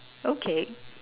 okay